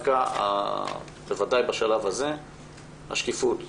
בוודאי בשלב הזה, השקיפות.